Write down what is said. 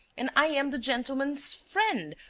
and i am the gentleman's friend!